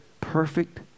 perfect